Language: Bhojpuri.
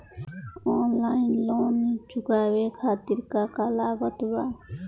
ऑनलाइन लोन चुकावे खातिर का का लागत बा?